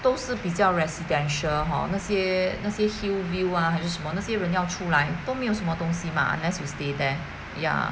都是比较 residential hor 那些那些 hillview ah 还是什么那些人要出来都没有什么东西 unless you stay there ya